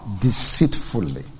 deceitfully